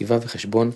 כתיבה וחשבון,